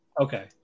Okay